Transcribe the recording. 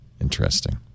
Interesting